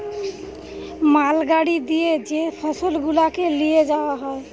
মাল গাড়ি দিয়ে যে ফসল গুলাকে লিয়ে যাওয়া হয়